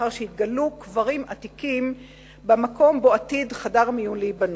לאחר שהתגלו קברים עתיקים במקום שבו עתיד חדר המיון להיבנות.